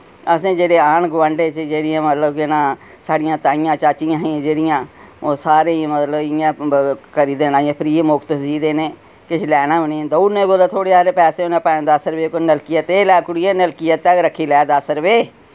असें जेह्ड़े आंढ गुआंढै च जेह्ड़ियां मतलब केह् नां साढ़ियां ताइयां चाचियां हियां जेह्ड़ियां ओह् सारी मतलब इ'यां करी देना इ'यां फ्री मुफ्त सी देने किश लैना बी नेईं देई ओड़ने कुतै थोह्ड़े हारे पैसे उनें पंज दस रपे कोई नलकियै एह् लै कुड़िये नलकी आस्तै गै रक्खी लै दस रपे